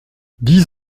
dix